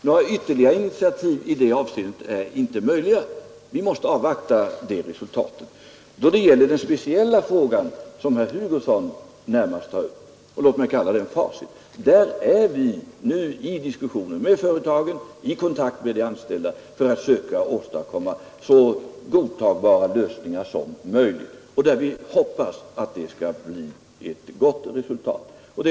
Några ytterligare initiativ i det avseendet är inte möjliga. Vi måste avvakta utredningsresultatet. I det andra fallet gäller det den speciella fråga som herr Hugosson tar upp — låt mig kalla den Facitfrågan. Vi för för närvarande diskussioner med företaget och är i kontakt med de anställda för att försöka åstadkomma så godtagbara lösningar som möjligt. Vi hoppas att detta skall ge ett gott resultat.